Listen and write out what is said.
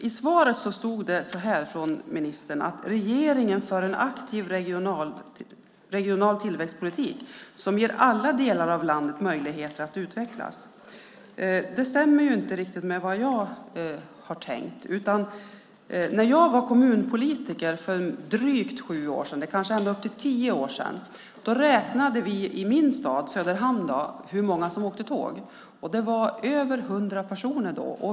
I svaret sade ministern att regeringen för en aktiv regional tillväxtpolitik som ger alla delar av landet möjligheter att utvecklas. Det stämmer ju inte riktigt med vad jag har tänkt. När jag var kommunpolitiker för drygt sju eller kanske tio år sedan räknade vi hur många som åkte tåg i min stad, Söderhamn. Det var över 100 personer.